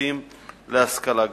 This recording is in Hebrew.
נוספים להשכלה גבוהה.